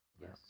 Yes